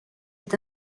est